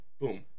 boom